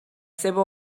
seva